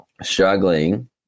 struggling